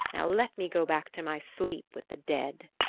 now let me go back to my sleep with the dead.